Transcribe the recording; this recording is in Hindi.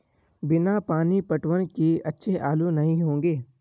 बिना पानी पटवन किए अच्छे आलू नही होंगे